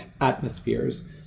atmospheres